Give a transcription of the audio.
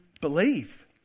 believe